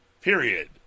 period